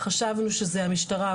חשבנו שזה המשטרה,